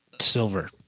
silver